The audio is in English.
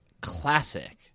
classic